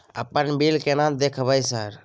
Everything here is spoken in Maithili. अपन बिल केना देखबय सर?